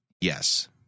Yes